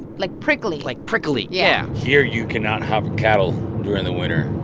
like, prickly like, prickly, yeah here, you cannot have cattle during the winter